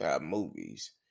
movies